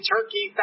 Turkey